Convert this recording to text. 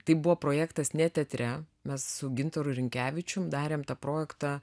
tai buvo projektas ne teatre mes su gintaru rinkevičium darėm tą projektą